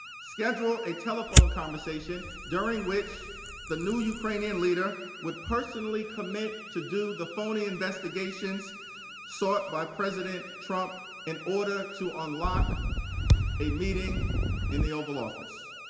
schedule a telephone conversation during which the new ukrainian leader would personally commit to do the phony investigations sought by president trump in order to ah unlock a meeting in the oval office.